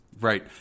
right